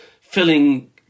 filling